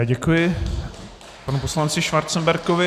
Děkuji panu poslanci Schwarzenbergovi.